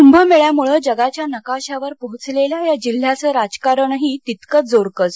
कुंभमेळ्यामुळं जगाच्या नकाशावर पोहोचलेल्या या जिल्ह्याचं राजकारणही तितकच जोरकस